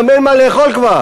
גם אין מה לאכול כבר.